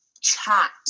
chat